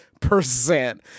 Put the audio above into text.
Percent